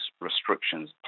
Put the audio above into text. restrictions